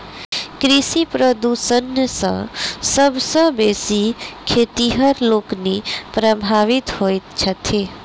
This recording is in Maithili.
कृषि प्रदूषण सॅ सभ सॅ बेसी खेतिहर लोकनि प्रभावित होइत छथि